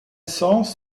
sens